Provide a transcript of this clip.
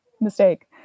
mistake